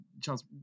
Charles